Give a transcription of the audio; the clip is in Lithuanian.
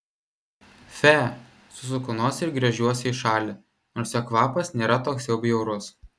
fe susuku nosį ir gręžiuosi į šalį nors jo kvapas nėra toks jau bjaurus